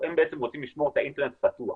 הם בעצם רוצים לשמור את האינטרנט פתוח.